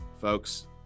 Folks